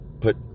put